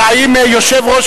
יושב-ראש